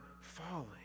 falling